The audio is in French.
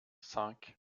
cinq